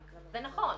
זה נכון,